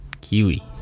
Kiwi